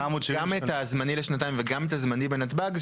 את הזמני לשנתיים וגם את הזמני בנתב"ג,